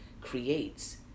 creates